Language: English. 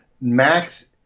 max